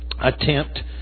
attempt